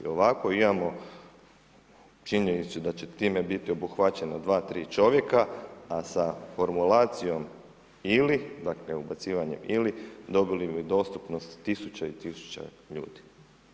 Ovako imamo činjenicu da će time biti obuhvaćeno dva-tri čovjeka, a sa formulacijom ili, dakle ubacivanjem ili dobili bi dostupnost tisuća i tisuća ljudi.